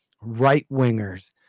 right-wingers